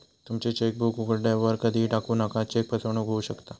तुमची चेकबुक उघड्यावर कधीही टाकू नका, चेक फसवणूक होऊ शकता